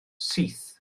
syth